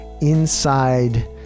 inside